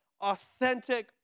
authentic